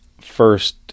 first